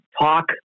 talk